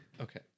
Okay